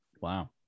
Wow